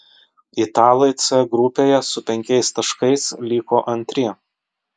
italai c grupėje su penkiais taškais liko antri